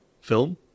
film